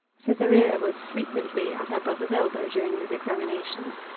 cytherea was frequently at her brother's elbow during these examinations.